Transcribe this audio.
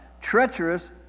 treacherous